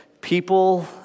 people